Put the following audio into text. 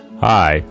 Hi